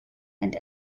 and